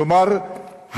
כלומר,